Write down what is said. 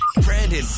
Brandon